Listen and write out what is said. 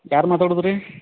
ಯಾರು ಮಾತಾಡೋದು ರೀ